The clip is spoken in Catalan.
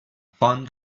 font